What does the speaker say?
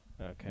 Okay